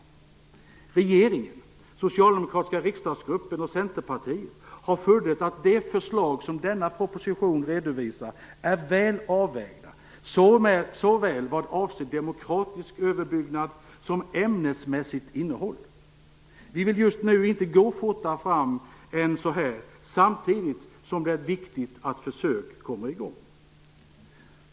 Regeringen, den socialdemokratiska riksdagsgruppen och Centerpartiet har funnit att de förslag som denna proposition redovisar är väl avvägda, såväl vad avser demokratisk överbyggnad som ämnesmässigt innehåll. Vi vill just nu inte gå fortare fram än så här, samtidigt som det är viktigt att försök kommer i gång.